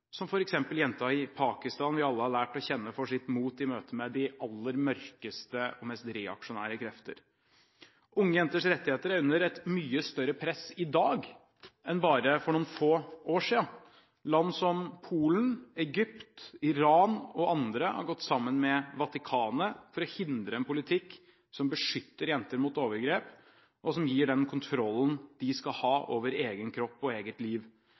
som f.eks. jenta i Pakistan som vi alle har lært å kjenne for sitt mot i møte med de aller mørkeste og mest reaksjonære krefter. Unge jenters rettigheter er under et mye større press i dag enn bare for noen få år siden. Land som Polen, Egypt, Iran og andre har gått sammen med Vatikanet for å hindre en politikk som beskytter jenter mot overgrep, og som gir den kontrollen de skal ha over egen kropp og eget liv.